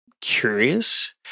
curious